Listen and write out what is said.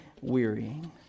wearying